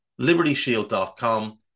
libertyshield.com